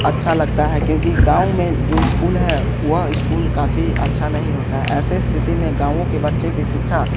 अच्छा लगता है क्योंकि गाँव में जो स्कूल है वह स्कूल काफ़ी अच्छा नहीं होता है ऐसे स्थिति में गाँवों के बच्चे की शिक्षा